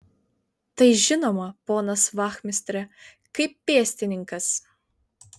tai žinoma ponas vachmistre kaip pėstininkas